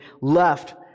left